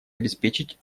обеспечить